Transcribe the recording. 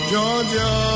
Georgia